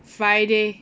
Friday